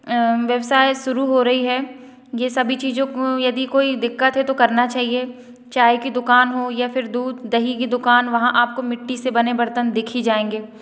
व्यवसाय शुरू हो रही है ये सभी चीज़ों को यदि कोई दिक्कत है तो करना चाहिए चाय की दुकान हो या फिर दूध दही की दुकान वहाँ आपको मिट्टी से बने बर्तन दिख ही जाएंगे